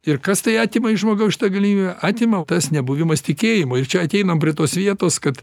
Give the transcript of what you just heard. ir kas tai atima iš žmogaus šitą galimybę atima tas nebuvimas tikėjimo ir čia ateinam prie tos vietos kad